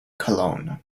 cologne